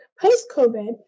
post-COVID